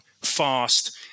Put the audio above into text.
fast